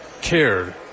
cared